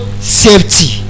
safety